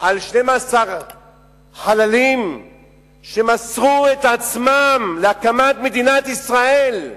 אתמול על 12 החללים שמסרו את עצמם על הקמת מדינת ישראל,